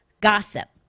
Gossip